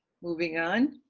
moving on,